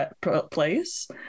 place